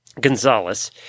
Gonzalez